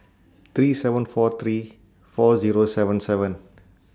three seven four three four Zero seven seven